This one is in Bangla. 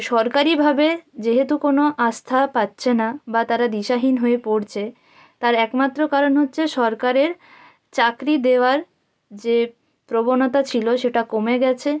সরকারিভাবে যেহেতু কোনো আস্থা পাচ্ছে না বা তারা দিশাহীন হয়ে পড়ছে তার একমাত্র কারণ হচ্ছে সরকারের চাকরি দেওয়ার যে প্রবণতা ছিল সেটা কমে গেছে